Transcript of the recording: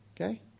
Okay